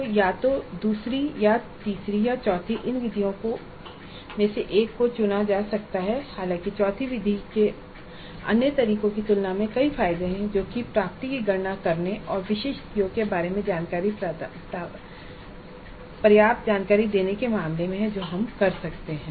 तो या तो दूसरी या तीसरी या चौथी इन विधियों में से एक को चुना जा सकता है हालांकि चौथी विधि के अन्य तरीकों की तुलना में कई फायदे हैं जो कि प्राप्ति की गणना करने और विशिष्ट सीओ के बारे में पर्याप्त जानकारी देने के मामले में हैं जो हम कर सकते हैं